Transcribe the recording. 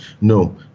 No